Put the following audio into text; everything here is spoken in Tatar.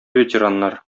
ветераннар